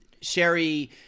sherry